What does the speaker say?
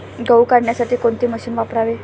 गहू काढण्यासाठी कोणते मशीन वापरावे?